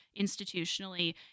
institutionally